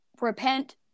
repent